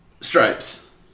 Stripes